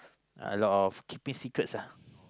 a lot of keeping secrets ah